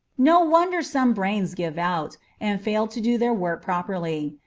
no wonder some brains give out, and fail to do their work properly,